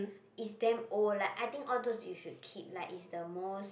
is damn old like I think all those you should keep like it's the most